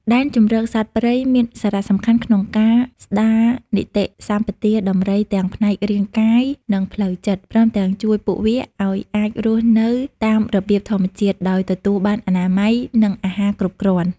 ដែនជម្រកសត្វព្រៃមានសារៈសំខាន់ក្នុងការ ស្តារនីតិសម្បទាដំរីទាំងផ្នែករាងកាយ និងផ្លូវចិត្ត ព្រមទាំងជួយពួកវាឲ្យអាចរស់នៅតាមរបៀបធម្មជាតិ ដោយទទួលបានអនាម័យ និងអាហារគ្រប់គ្រាន់។